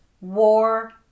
war